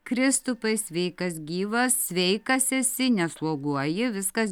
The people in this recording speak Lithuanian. kristupai sveikas gyvas sveikas esi nesloguoji viskas